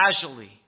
casually